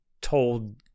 told